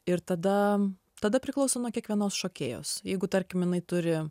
ir tadam tada priklauso nuo kiekvienos šokėjos jeigu tarkim jinai turi